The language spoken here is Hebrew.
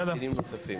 של קטינים נוספים.